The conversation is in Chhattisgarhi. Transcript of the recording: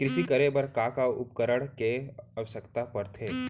कृषि करे बर का का उपकरण के आवश्यकता परथे?